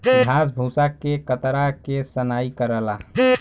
घास भूसा के कतरा के सनाई करला